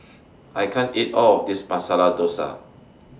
I can't eat All of This Masala Dosa